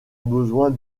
besoin